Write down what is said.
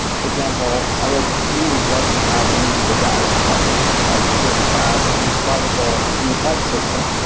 for example, i would really love to have immutable data in kotlin as first class describable in the type system,